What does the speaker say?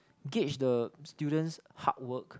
gauge the student's hard work